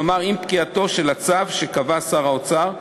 כלומר עם פקיעתו של הצו שקבע שר האוצר,